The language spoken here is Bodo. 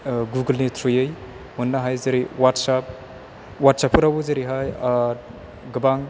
गुगोलनि थ्रुयै मोननो हायो जेरै वाटसआफ वाटसआफफोरावबो जेरैहाय गोबां